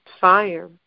fire